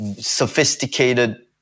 sophisticated